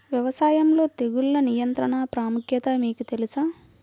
వ్యవసాయంలో తెగుళ్ల నియంత్రణ ప్రాముఖ్యత మీకు తెలుసా?